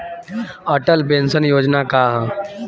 Atal pension Yojana का ह?